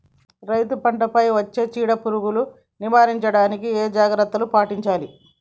రైతులు పంట పై వచ్చే చీడ పురుగులు నివారించడానికి ఏ జాగ్రత్తలు పాటించాలి?